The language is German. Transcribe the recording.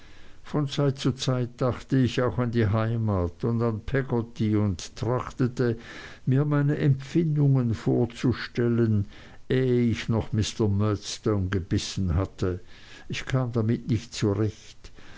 von zeit zu zeit dachte ich auch an die heimat und an peggotty und trachtete mir meine empfindungen vorzustellen ehe ich noch mr murdstone gebissen hatte ich kam damit nicht zurecht